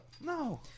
no